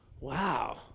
Wow